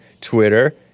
Twitter